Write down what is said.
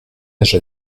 âge